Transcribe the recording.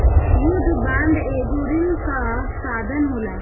युद्ध बांड एगो ऋण कअ साधन होला